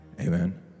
amen